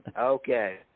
Okay